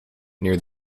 near